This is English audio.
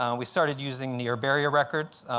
and we started using the herbaria records.